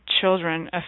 children